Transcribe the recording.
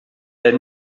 est